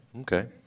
okay